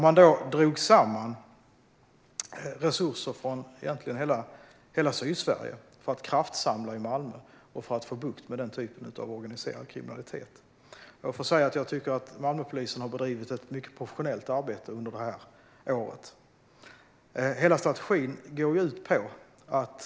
Man drog samman resurser från egentligen hela Sydsverige för att kraftsamla i Malmö och få bukt med den typen av organiserad kriminalitet. Jag får säga att jag tycker att Malmöpolisen har bedrivit ett mycket professionellt arbete under året.